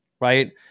right